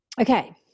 Okay